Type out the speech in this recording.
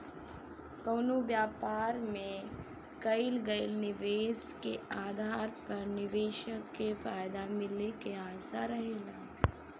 कवनो व्यापार में कईल गईल निवेश के आधार पर निवेशक के फायदा मिले के आशा रहेला